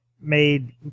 made